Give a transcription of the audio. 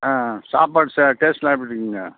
ஆ சாப்பாடு ச டேஸ்ட்லாம் எப்படி இருக்குங்க